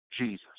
Jesus